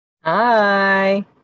hi